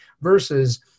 versus